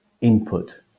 input